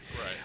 Right